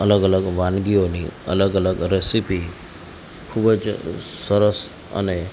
અલગ અલગ વાનગીઓની અલગ અલગ રેસીપી ખૂબ જ સરસ અને